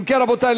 אם כן, רבותי,